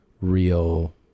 real